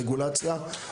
רגולציה,